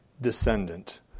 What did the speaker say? descendant